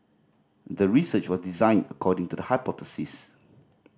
the research was designed according to the hypothesis